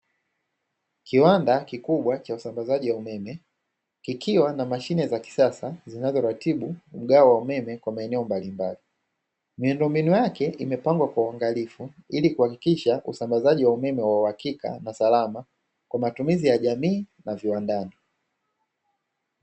Kiwanda kikubwa cha usambazaji wa umeme, kikiwa na mashine za kisasa zinazoratibu mgao wa umeme kwa maeneo mbalimbali. Miundombinu yake imepangwa kwa uangalifu, ili kuhakikisha usambazaji wa umeme wa uhakika na salama, kwa matumizi ya jamii na viwandani.